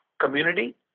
community